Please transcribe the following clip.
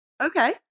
okay